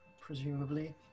presumably